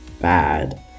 bad